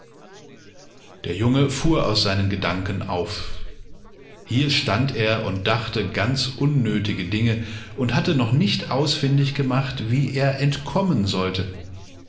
der junge fuhr aus seinen gedanken auf hier stand er und dachte an ganz unnötige dinge und hatte noch nicht ausfindig gemacht wie er entkommen sollte